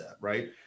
right